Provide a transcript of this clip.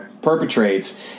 Perpetrates